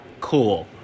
cool